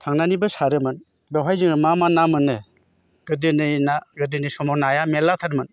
थांनानैबो सारोमोन बेवहाय जोङो मा मा ना मोनो गोदोनि ना गोदोनि समाव नाया मेरलाथारमोन